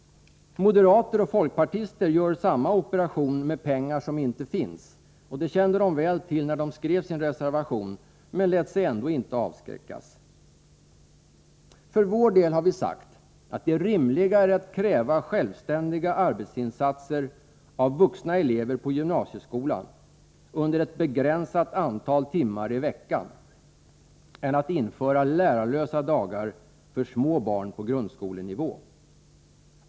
Moderater och folkpartister gör samma operation med pengar som inte finns. Det kände de väl till när de skrev sin reservation, men lät sig ändå inte avskräckas. Vi har sagt att det är rimligare att kräva självständiga arbetsinsatser av vuxna elever på gymnasiet under ett begränsat antal timmar i veckan än att införa lärarlösa dagar för små barn på grundskolenivå.